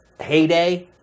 heyday